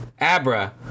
Abra